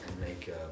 make